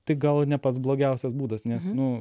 tai gal ne pats blogiausias būdas nes nu